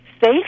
safe